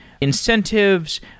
incentives